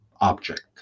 object